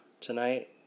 tonight